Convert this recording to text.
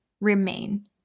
remain